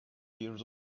years